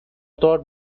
taught